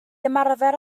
ymarfer